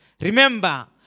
Remember